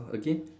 again